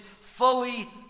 fully